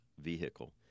vehicle